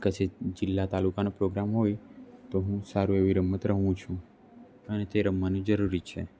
કશે જિલ્લા તાલુકાના પ્રોગ્રામ હોય તો હું સારું એવી રમત રમું છું અને તે રમવાની જરૂરી છે